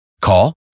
Call